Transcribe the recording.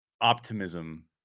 optimism